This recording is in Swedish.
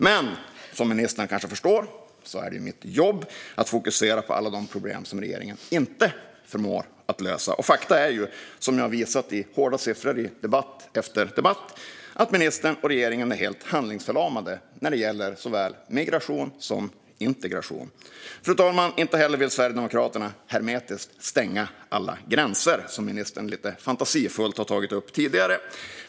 Men som ministern kanske förstår är det mitt jobb att fokusera på alla de problem regeringen inte förmår lösa, och faktum är - vilket jag har visat i hårda siffror i debatt efter debatt - att ministern och regeringen är helt handlingsförlamade när det gäller såväl migration som integration. Fru talman! Inte heller vill Sverigedemokraterna hermetiskt stänga alla gränser, som ministern lite fantasifullt har tagit upp tidigare.